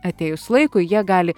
atėjus laikui jie gali